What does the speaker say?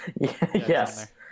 yes